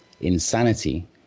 Insanity